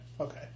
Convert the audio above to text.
Okay